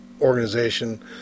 organization